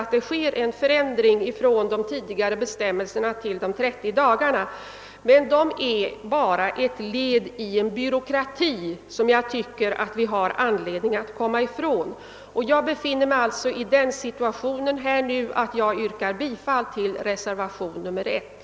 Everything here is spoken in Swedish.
Men att man föreslår att antalet dagar, under vilka arbete tilllåtes, maximeras till 30 innebär bara ett fasthållande vid den byråkrati som jag tycker att vi alla har anledning att försöka komma ifrån. Herr talman! I det läge där frågan nu befinner sig yrkar jag bifall till reservationen I.